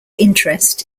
interest